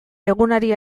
egunari